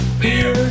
beer